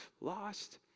lost